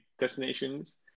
destinations